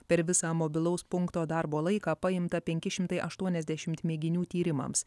per visą mobilaus punkto darbo laiką paimta penki šimtai aštuoniasdešimt mėginių tyrimams